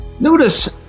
Notice